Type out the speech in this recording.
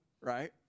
right